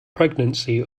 pregnancy